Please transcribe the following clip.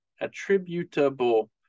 attributable